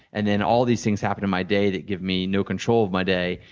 and then all of these things happen in my day that give me no control of my day,